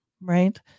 right